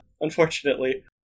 Unfortunately